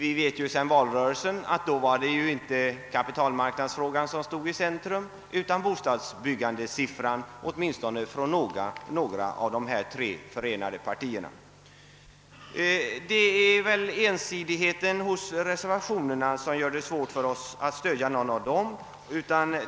I valrörelsen var det emellertid inte kapitalmarknadsfrågan som stod i centrum, utan bostadsbyggandet — åtminstone när det gällde ett par av dessa tre förenade partier. Ensidigheten hos reservationerna gör det svårt för oss att stödja någon av dem.